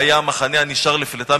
והיה המחנה הנשאר לפליטה,